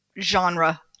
genre